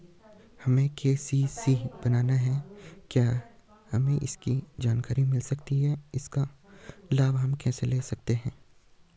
हमें के.सी.सी बनाना है क्या हमें इसकी जानकारी मिल सकती है इसका लाभ हम कैसे ले सकते हैं?